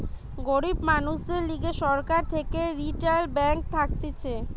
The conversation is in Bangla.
গরিব মানুষদের লিগে সরকার থেকে রিইটাল ব্যাঙ্ক থাকতিছে